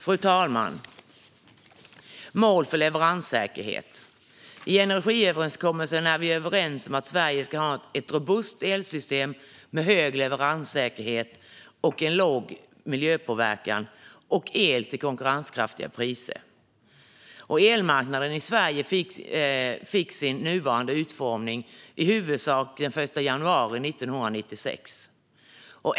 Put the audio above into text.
När det gäller mål för leveranssäkerhet är vi i energiöverenskommelsen överens om att Sverige ska ha ett robust elsystem med hög leveranssäkerhet, en låg miljöpåverkan och el till konkurrenskraftiga priser. Elmarknaden i Sverige fick sin nuvarande utformning i huvudsak den 1 januari 1996.